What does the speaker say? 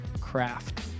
craft